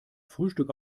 frühstück